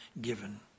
given